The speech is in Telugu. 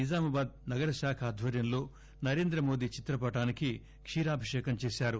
నిజామాబాద్ నగర శాఖ ఆధ్వర్యంలో నరేంద్ర మోదీ చిత్రపటానికి క్షీరాభిషకం చేశారు